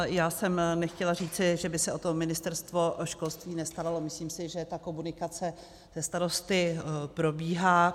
Já jsem nechtěla říci, že by se o to Ministerstvo školství nestaralo, myslím si, že komunikace se starosty probíhá.